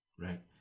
right